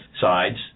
sides